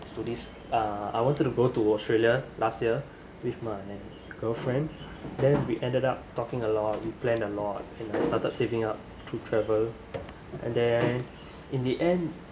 to this uh I wanted to go to australia last year with my girlfriend then we ended up talking a lot we plan a lot and I started saving up to travel and then in the end